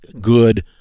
good